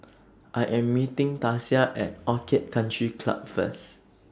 I Am meeting Tasia At Orchid Country Club First